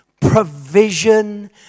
provision